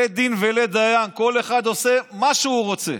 לית דין ולית דיין, כל אחד עושה מה שהוא רוצה.